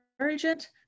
urgent